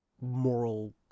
moral